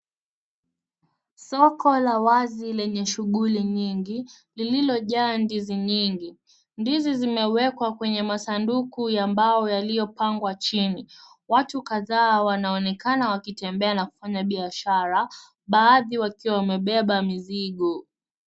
Soko la wazi lenye shughuli nyingi lililojaa ndizi nyingi. Ndizi zimewekwa kwenye masanduku ya mbao yaliyo pangwa chini. Watu kadhaa wanaonekana wakitembea na kufanya biashara baadhi wakiwa wamebeba mizigo.